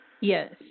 Yes